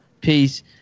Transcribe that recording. peace